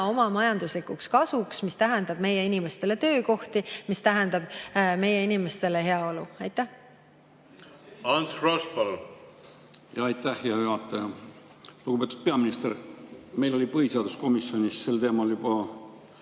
oma majanduslikuks kasuks, mis tähendab meie inimestele töökohti, mis tähendab meie inimestele heaolu. Ants Frosch, palun! Aitäh, hea juhataja! Lugupeetud peaminister! Meil oli põhiseaduskomisjonis sel teemal juba